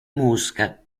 mosca